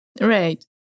Right